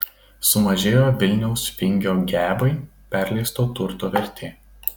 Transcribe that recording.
sumažėjo vilniaus vingio gebai perleisto turto vertė